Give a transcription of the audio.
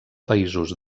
països